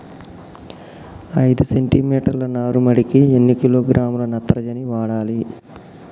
ఐదు సెంటి మీటర్ల నారుమడికి ఎన్ని కిలోగ్రాముల నత్రజని వాడాలి?